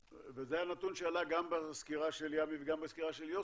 וזה הנתון שעלה גם בסקירה של ליעמי וגם בסקירה של יוסי,